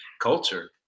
culture